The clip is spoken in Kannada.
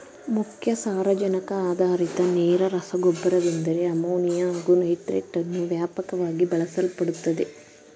ಮುಖ್ಯ ಸಾರಜನಕ ಆಧಾರಿತ ನೇರ ರಸಗೊಬ್ಬರವೆಂದರೆ ಅಮೋನಿಯಾ ಹಾಗು ನೈಟ್ರೇಟನ್ನು ವ್ಯಾಪಕವಾಗಿ ಬಳಸಲ್ಪಡುತ್ತದೆ